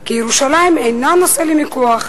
כי ירושלים אינה נושא למיקוח.